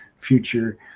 future